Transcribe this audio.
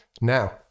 Now